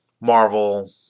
Marvel